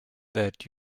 that